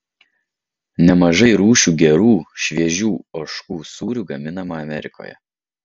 nemažai rūšių gerų šviežių ožkų sūrių gaminama amerikoje